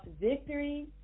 Victory